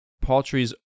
Paltry's